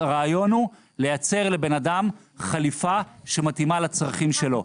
הרעיון הוא לייצר לבן אדם חליפה שמתאימה לצרכים שלו.